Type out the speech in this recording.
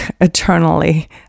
eternally